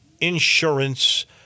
Insurance